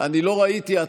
חברת הכנסת תומא סלימאן,